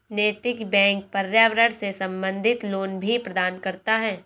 नैतिक बैंक पर्यावरण से संबंधित लोन भी प्रदान करता है